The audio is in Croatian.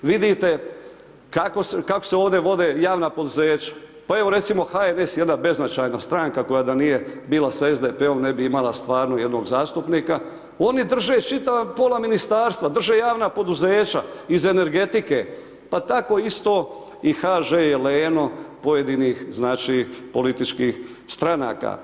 Vidite kako se ovdje vode javna poduzeća, pa evo, recimo, HNS jedna beznačajna stranka koja da nije bila s SDP-om ne bi imala stvarno jednog zastupnika, oni drže čitava pola Ministarstva, drže javna poduzeća iz energetike, pa tako isto i HŽ je leno pojedinih, znači, političkih stranka.